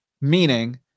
Meaning